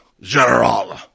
General